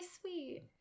sweet